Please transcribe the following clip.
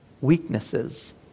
weaknesses